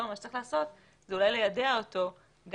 מה שצריך לעשות זה אולי ליידע אותו גם